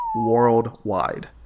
worldwide